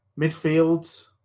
Midfield